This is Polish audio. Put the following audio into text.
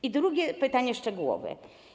Po drugie, pytanie szczegółowe.